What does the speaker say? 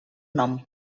nom